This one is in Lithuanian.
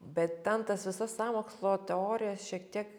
bet ten tas visas sąmokslo teorijas šiek tiek